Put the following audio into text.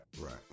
right